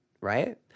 right